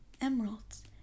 emeralds